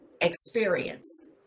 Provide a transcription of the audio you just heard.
experience